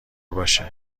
باشه